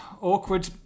awkward